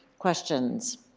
questions?